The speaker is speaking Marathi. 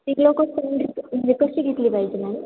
ग्लुकोस् ची घेतली पाहिजे मॅम